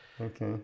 Okay